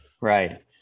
Right